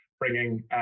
bringing